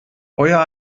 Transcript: euer